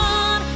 on